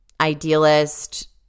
Idealist